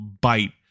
bite